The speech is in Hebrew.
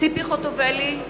ציפי חוטובלי,